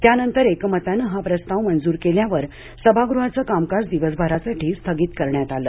त्यानंतर एकमतानं हा प्रस्ताव मंजूर केल्यावर सभागृहाचं कामकाज दिवसभरासाठी स्थगित करण्यात आलं